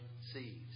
seeds